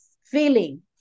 feeling